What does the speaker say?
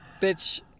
Bitch